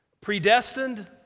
predestined